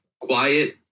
quiet